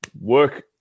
work